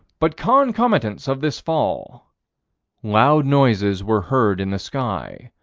but concomitants of this fall loud noises were heard in the sky.